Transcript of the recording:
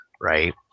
right